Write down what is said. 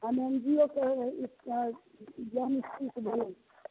हम N G O के Jain school सँ बोलै छी